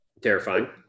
terrifying